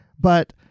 But-